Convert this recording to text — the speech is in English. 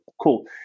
cool